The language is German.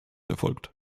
erfolgt